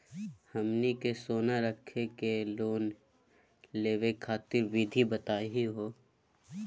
हमनी के सोना रखी के लोन लेवे खातीर विधि बताही हो?